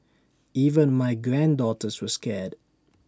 even my granddaughters were scared